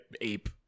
Ape